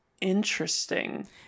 Interesting